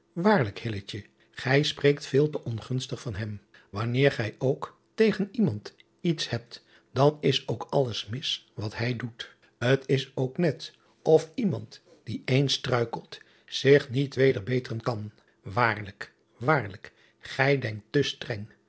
ij spreekt veel te ongunstig van hem anneer gij ook tegen iemand iets hebt dan is ook alles mis wat hij doet t s ook net of iemand die eens struikelt zich niet weder beteren kan aarlijk waarlijk gij denkt te streng